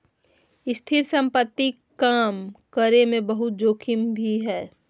स्थिर संपत्ति काम करे मे बहुते जोखिम भी हय